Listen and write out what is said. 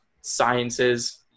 sciences